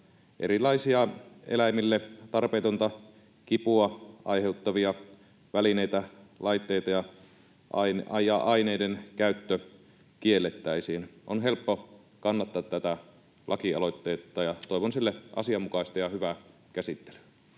erilaisten eläimille tarpeetonta kipua aiheuttavien välineiden, laitteiden ja aineiden käyttö kiellettäisiin. On helppo kannattaa tätä lakialoitetta, ja toivon sille asianmukaista ja hyvää käsittelyä.